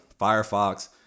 Firefox